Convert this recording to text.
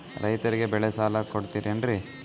ರೈತರಿಗೆ ಬೆಳೆ ಸಾಲ ಕೊಡ್ತಿರೇನ್ರಿ?